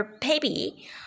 baby